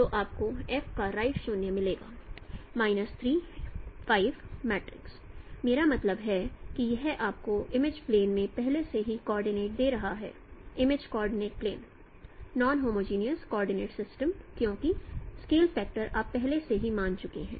तो आपको F का राइट शून्य मिलेगा 3 5 मेरा मतलब है कि यह आपको इमेज प्लेन में पहले से ही कॉर्डिनेट दे रहा है image coordinate plane non homogeneous coordinate system क्योंकि स्केल फैक्टर आप पहले से ही मान चुके हैं